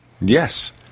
yes